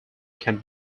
can